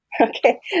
okay